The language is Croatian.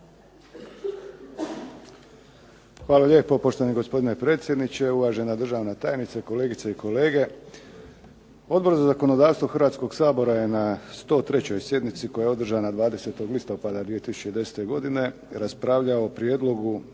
Hvala lijepo poštovani gospodine predsjedniče, uvažena državna tajnice, kolegice i kolege. Odbor za zakonodavstvo Hrvatskog sabora je na 103. sjednici koja je održana 20. listopada 2010. godine raspravljao o Prijedlogu